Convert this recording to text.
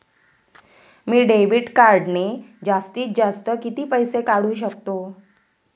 मी debit कार्डने जास्तीत जास्त किती पैसे काढू शकतो?